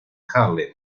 harlem